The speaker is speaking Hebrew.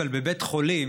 אבל בבית חולים